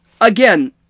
again